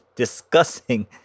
discussing